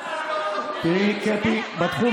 נהגי האוטובוס, גם הם, קטי, בתחום